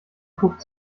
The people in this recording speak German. guckt